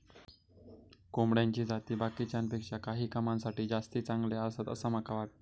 कोंबड्याची जाती बाकीच्यांपेक्षा काही कामांसाठी जास्ती चांगले आसत, असा माका वाटता